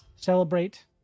Celebrate